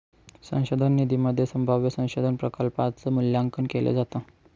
संशोधन निधीमध्ये संभाव्य संशोधन प्रकल्पांच मूल्यांकन केलं जातं